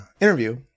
interview